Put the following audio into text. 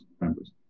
members